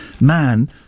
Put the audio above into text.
man